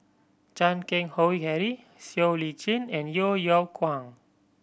Chan Keng Howe Harry Siow Lee Chin and Yeo Yeow Kwang